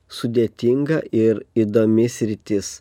sudėtinga ir įdomi sritis